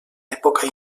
època